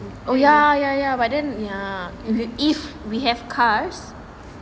ya